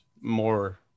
more